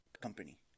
company